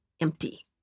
empty